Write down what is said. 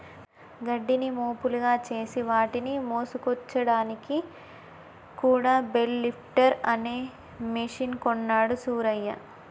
గడ్డిని మోపులుగా చేసి వాటిని మోసుకొచ్చాడానికి కూడా బెల్ లిఫ్టర్ అనే మెషిన్ కొన్నాడు సూరయ్య